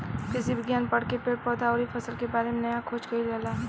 कृषि विज्ञान पढ़ के पेड़ पौधा अउरी फसल के बारे में नया खोज कईल जाला